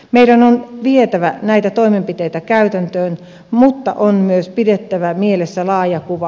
meidän on vietävä näitä toimenpiteitä käytäntöön mutta on myös pidettävä mielessä laaja kuva